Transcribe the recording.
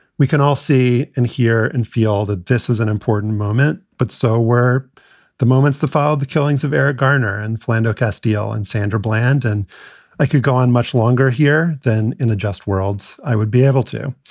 we can all see and hear and feel that this is an important moment. but so were the moments that followed the killings of eric garner and flandreau castile and sandra bland. and i could go on much longer here than in a just world. i would be able to.